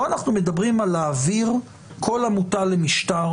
פה אנחנו מדברים על להעביר תוך שנתיים כל עמותה למשטר